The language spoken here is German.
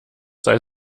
sei